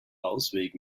ausweg